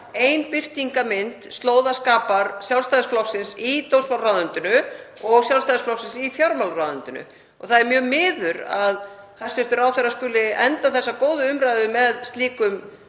ein birtingarmynd slóðaskapar Sjálfstæðisflokksins í dómsmálaráðuneytinu og Sjálfstæðisflokksins í fjármálaráðuneytinu og það er mjög miður að hæstv. ráðherra skuli enda þessa góðu umræðu með slíkum